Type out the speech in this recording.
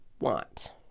want